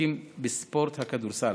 שעוסקים בספורט הכדורסל,